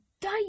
die